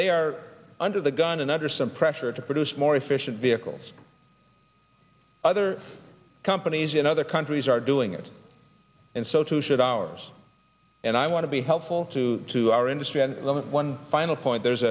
they are under the gun and under some pressure to produce more efficient vehicles other companies in other countries are doing it and so too should ours and i want to be helpful to to our industry and one final point there's